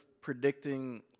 predicting